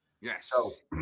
Yes